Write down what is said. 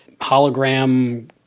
hologram